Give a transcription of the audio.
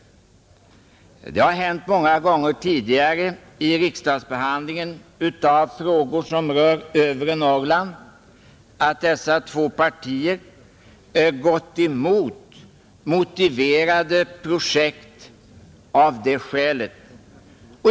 Det har nämligen hänt många gånger tidigare vid riksdagsbehandlingen av frågor som berör övre Norrland att dessa två partier gått emot motiverade projekt av det skälet.